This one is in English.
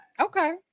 Okay